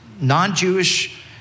non-Jewish